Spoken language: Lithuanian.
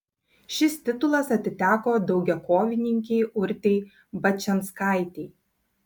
šis titulas atiteko daugiakovininkei urtei bačianskaitei